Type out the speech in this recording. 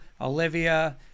olivia